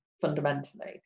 fundamentally